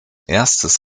erstes